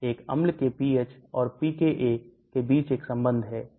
एक अम्ल के pH और pKa के बीच एक संबंध है